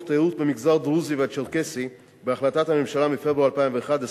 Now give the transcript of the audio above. תיירות במגזר הדרוזי והצ'רקסי בהחלטת הממשלה מפברואר 2011,